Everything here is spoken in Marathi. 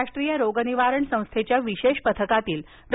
राष्ट्रीय रोग निवारण संस्थेच्या विशेष पथकातील डॉ